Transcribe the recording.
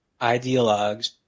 ideologues